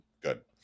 good